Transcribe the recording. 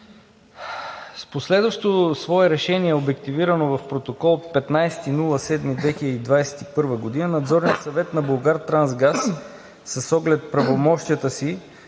С последващо свое решение, обективирано в Протокол от 15 юли 2021 г., Надзорният съвет на „Булгартрансгаз“ с оглед правомощията си